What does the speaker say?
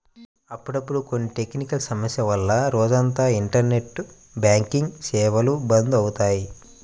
అప్పుడప్పుడు కొన్ని టెక్నికల్ సమస్యల వల్ల రోజంతా ఇంటర్నెట్ బ్యాంకింగ్ సేవలు బంద్ అవుతాయి